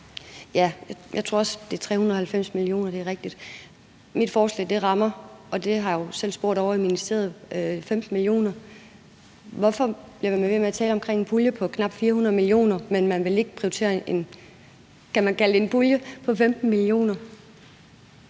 Jeg tror også, at 390 mio. kr. er rigtigt. Mit forslag rammer, og det har jeg jo selv spurgt om ovre i ministeriet, 15 mio. kr. Hvorfor bliver man ved med at tale om en pulje på knap 400 mio. kr., men man vil ikke prioritere en, kan man